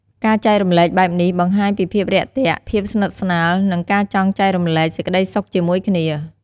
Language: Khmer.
ការចែករំលែកបែបនេះ បង្ហាញពីភាពរាក់ទាក់ ភាពស្និទ្ធស្នាល និងការចង់ចែករំលែកសេចក្តីសុខជាមួយគ្នា។